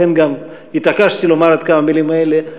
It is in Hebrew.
לכן גם התעקשתי לומר את כמה המילים האלה,